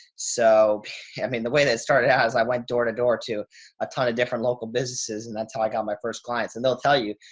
so i mean the way that it started as i went door to door to a ton of different local businesses and that's how i got my first clients. and they'll tell you,